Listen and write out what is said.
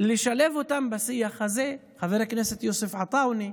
לשלב אותם בשיח הזה, חבר הכנסת יוסף עטאונה,